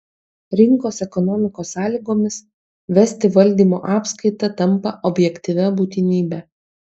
rinkos ekonomikos sąlygomis vesti valdymo apskaitą tampa objektyvia būtinybe